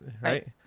Right